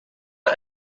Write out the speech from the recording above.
est